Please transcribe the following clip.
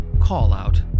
call-out